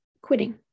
quitting